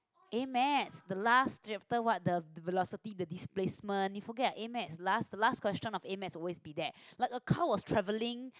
AddMath the last chapter what the velocity the displacement you forget AddMath last the last question of AddMath always be there like a car was travelling